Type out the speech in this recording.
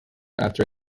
after